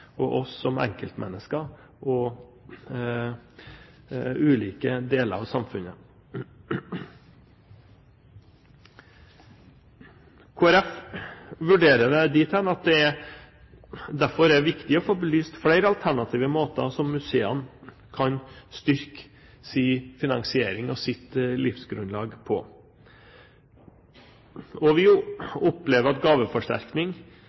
oss som enkeltmennesker og ulike deler av samfunnet. Kristelig Folkeparti vurderer det dit hen at det derfor er viktig å få belyst flere alternative måter som museene kan styrke sin finansiering og sitt livsgrunnlag på. Vi opplever at gaveforsterkning